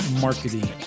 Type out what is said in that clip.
marketing